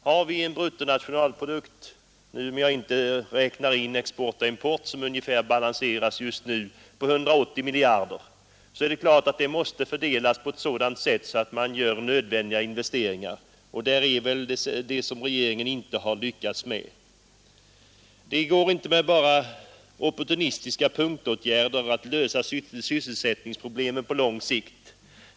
Har vi en bruttonationalprodukt — om jag inte räknar in export och import, som ungefär balanseras just nu — på 180 miljarder kronor, så är det klart att den måste fördelas på ett sådant sätt att det görs nödvändiga investeringar. Detta har regeringen inte lyckats med. Det går inte att lösa sysselsättningsproblemen på lång sikt enbart med opportunistiska punktåtgärder.